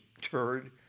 turd